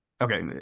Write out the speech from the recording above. Okay